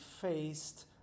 faced